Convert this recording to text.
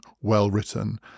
well-written